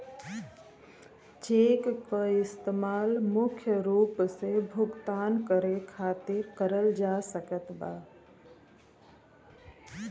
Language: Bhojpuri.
चेक क इस्तेमाल मुख्य रूप से भुगतान करे खातिर करल जा सकल जाला